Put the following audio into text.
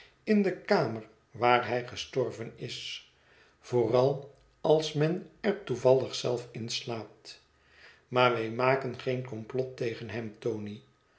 in de kamer waar hij gestorven is vooral als men er toevallig zelf in slaapt maar wij maken geen komplot tegen hem tony